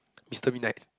MisterMidnight